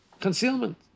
concealment